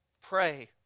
Pray